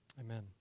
Amen